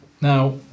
Now